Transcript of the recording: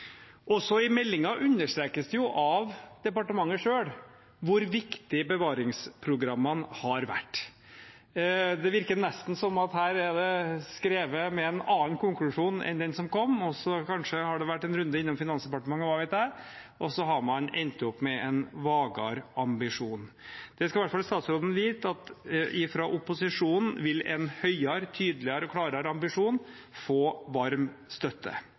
I meldingen understrekes det jo av departementet selv hvor viktig bevaringsprogrammene har vært. Det virker nesten som om det her er skrevet med en annen konklusjon enn den som kom, og kanskje har det vært en runde innom Finansdepartementet – hva vet jeg? – og så har man endt med en vagere ambisjon. Statsråden skal i alle fall vite at fra opposisjonen vil en høyere, tydeligere og klarere ambisjon få varm støtte.